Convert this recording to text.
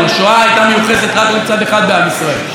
השואה הייתה מיוחסת רק לצד אחד בעם ישראל.